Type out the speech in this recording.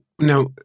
now